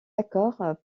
accord